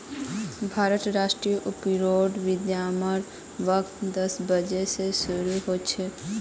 भारतत स्टॉक व्यापारेर विनियमेर वक़्त दस बजे स शरू ह छेक